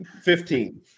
Fifteen